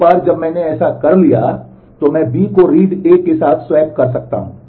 एक बार जब मैंने ऐसा कर लिया है तो मैं बी को रीड ए के साथ स्वैप कर सकता हूं